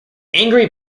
angry